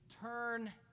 turn